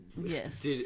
yes